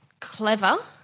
clever